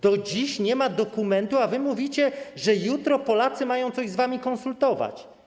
Do dziś nie ma dokumentu, a wy mówicie, że jutro Polacy mają coś z wami konsultować.